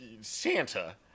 Santa